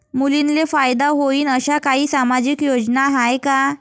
मुलींले फायदा होईन अशा काही सामाजिक योजना हाय का?